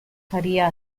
faria